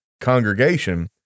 congregation